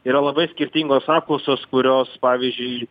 yra labai skirtingos apklausos kurios pavyzdžiui